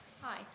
Hi